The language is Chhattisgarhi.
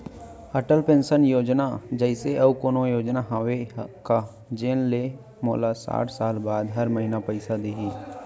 अटल पेंशन योजना जइसे अऊ कोनो योजना हावे का जेन ले मोला साठ साल बाद हर महीना पइसा दिही?